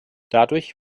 dadurch